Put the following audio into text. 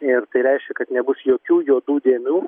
ir tai reiškia kad nebus jokių juodų dėmių